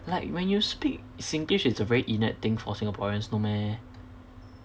like when you speak singlish it's a very inept thing for singaporeans no meh